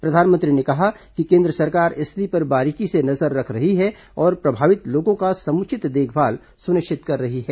प्रधानमंत्री ने कहा कि केन्द्र सरकार स्थिति पर बारीकी से नजर रख रही है और प्रभावित लोगों का समुचित देखभाल सुनिश्चित कर रही है